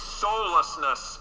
soullessness